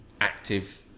active